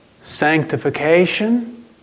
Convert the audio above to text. sanctification